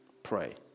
pray